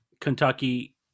Kentucky